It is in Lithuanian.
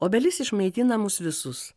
obelis išmaitina mus visus